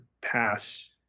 pass